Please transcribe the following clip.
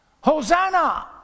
Hosanna